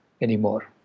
anymore